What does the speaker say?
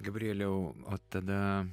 gabrieliau o tada